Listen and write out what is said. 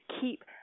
keep